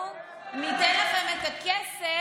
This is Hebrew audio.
אנחנו ניתן לכם את הכסף